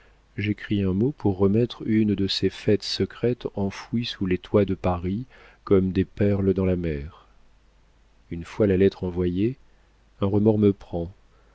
j'écris un mot pour remettre une de ces fêtes secrètes enfouies sous les toits de paris comme des perles dans la mer une fois la lettre envoyée un remords me prend